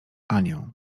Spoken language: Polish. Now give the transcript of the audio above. anię